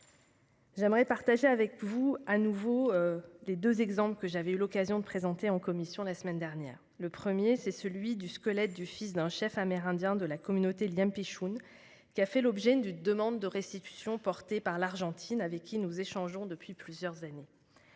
J'aimerais partager de nouveau avec vous les deux exemples que j'avais eu l'occasion de présenter en commission, la semaine dernière. Le premier exemple est celui du squelette du fils d'un chef amérindien de la communauté Liempichun, qui a fait l'objet d'une demande de restitution soutenue par l'Argentine, avec laquelle nous échangeons depuis plusieurs années.